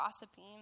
gossiping